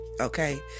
okay